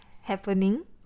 happening